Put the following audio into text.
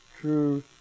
true